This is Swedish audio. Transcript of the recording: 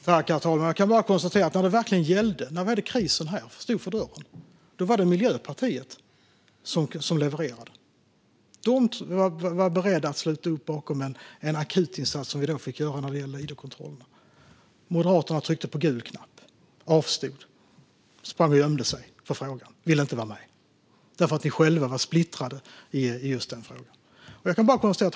Herr talman! Jag kan bara konstatera att när det verkligen gällde, när krisen stod för dörren, var det Miljöpartiet som levererade. De var beredda att sluta upp bakom den akutinsats som vi då fick göra när det gällde idkontrollerna. Ni moderater tryckte på gul knapp - avstod, sprang och gömde er för frågan, ville inte vara med - eftersom ni själva var splittrade i just den frågan.